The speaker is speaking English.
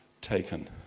Taken